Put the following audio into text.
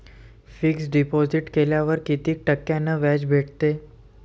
Fix deposit केल्यावर कितीक टक्क्यान व्याज भेटते?